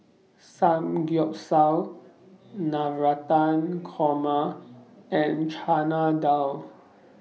Samgeyopsal Navratan Korma and Chana Dal